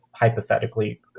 hypothetically